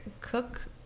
cook